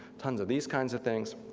tons of these kinds of things.